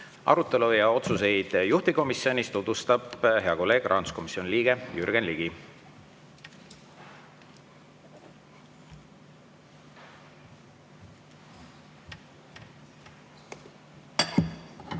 Arutelu ja otsuseid juhtivkomisjonis tutvustab hea kolleeg, rahanduskomisjoni liige Jürgen Ligi.